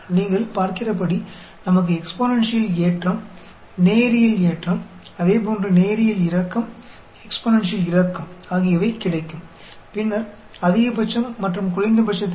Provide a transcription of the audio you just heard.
जैसा कि आप देख सकते हैं कर्व एक्सपोनेंटिआली बढ़ रहे हैं इसी तरह से लीनियरली नीचे जा रहे हैं एक्सपोनेंटिआली नीचे जा रहे हैं और फिर कर्व आपको एक अधिकतम और न्यूनतम भी दे रहा है